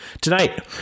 Tonight